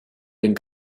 den